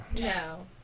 No